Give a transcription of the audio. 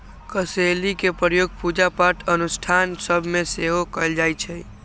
कसेलि के प्रयोग पूजा पाठ अनुष्ठान सभ में सेहो कएल जाइ छइ